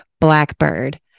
Blackbird